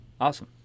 Awesome